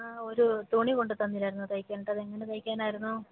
ആ ഒരു തുണി കൊണ്ടുതന്നില്ലായിരുന്നോ തയ്ക്കാനായിട്ട് അതെങ്ങനെ തയ്ക്കാനായിരുന്നു